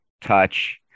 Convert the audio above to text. touch